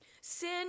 Sin